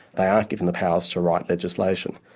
they aren't given the powers to write legislation.